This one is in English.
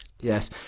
Yes